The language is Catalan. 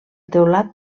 teulat